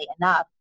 enough